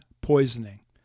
poisoning